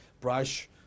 brush